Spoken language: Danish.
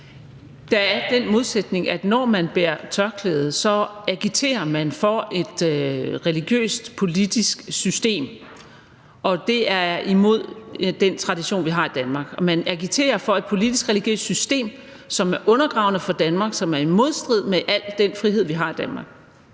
Der er det forhold, at når man bærer tørklæde, så agiterer man for et religiøst politisk system, og det er imod den tradition, vi har i Danmark, og man agiterer for et religiøst politisk system, som er undergravende for Danmark, og som er i modstrid med al den frihed, vi har i Danmark.